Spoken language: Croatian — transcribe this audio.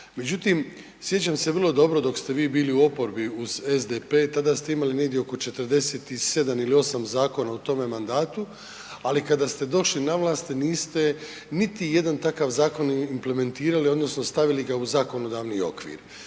Međutim, sjećam se vrlo dobro dok ste vi bili u oporbi uz SDP tada ste imali negdje oko 47 ili 8 zakona u tome mandatu, ali kada ste došli na vlast niste niti jedan takav zakon implementirali odnosno stavili ga u zakonodavni okvir.